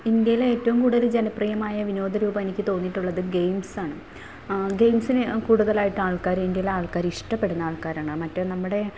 ഇന്ത്യയിലെ ഏറ്റവും കൂടുതൽ ജനപ്രിയമായ വിനോദ രൂപം എനിക്ക് തോന്നിയിട്ടുള്ളത് ഗെയിംസാണ് ഗെയിംസിനെ കൂടുതലയിട്ടാൾക്കാർ ഇന്ത്യയിലെ ആൾക്കാർ ഇഷ്ടപ്പെടുന്ന ആൾക്കാരാണ് മറ്റേ നമ്മുടെ